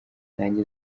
nanjye